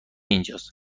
اینجاس